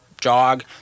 jog